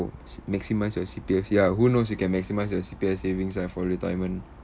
maximise your C_P_F ya who knows you can maximise your C_P_F savings ah for retirement